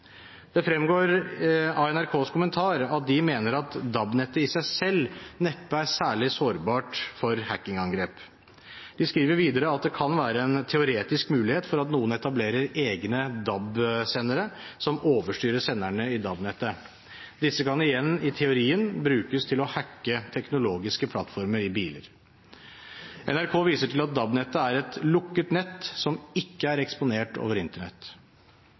Det fremgår av NRKs kommentarer at de mener at DAB-nettet i seg selv neppe er særlig sårbart for hacking-angrep. De skriver videre at det kan være en teoretisk mulighet for at noen etablerer egne DAB-sendere, som overstyrer senderne i DAB-nettet. Disse kan, igjen i teorien, brukes til å hacke teknologiske plattformer i biler. NRK viser til at DAB-nettet er et lukket nett som ikke er eksponert mot internett.